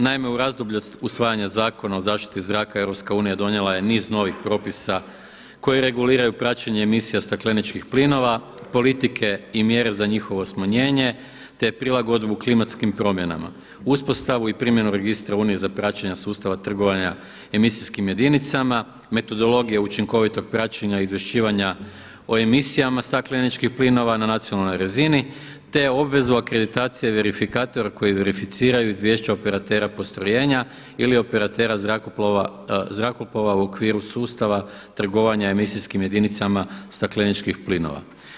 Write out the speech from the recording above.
Naime, u razdoblju usvajanja Zakona o zaštiti zraka EU donijela je niz novih propisa koji reguliraju praćenje emisija stakleničkih plinova, politike i mjere za njihovo smanjenje, te prilagodbu klimatskim promjenama, uspostavu i primjenu registra Unije za praćenja sustava trgovanja emisijskim jedinicama, metodologije učinkovito praćenja izvješćivanja o emisijama stakleničkih plinova na nacionalnoj razini, te obvezu akreditacije verifikatora koji verificiraju izvješća operatera postrojenja ili operatera zrakoplova u okviru sustava trgovanja emisijskim jedinicama stakleničkih plinova.